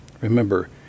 remember